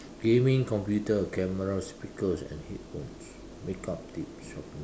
gaming computer camera speakers and headphones make up tips shopping